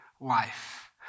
life